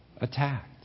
attacked